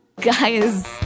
Guys